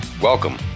welcome